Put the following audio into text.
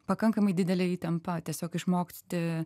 pakankamai didelė įtampa tiesiog išmoksti